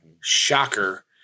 Shocker